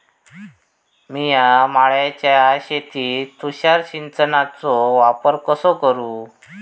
मिया माळ्याच्या शेतीत तुषार सिंचनचो वापर कसो करू?